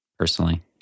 personally